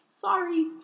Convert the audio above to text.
sorry